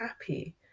happy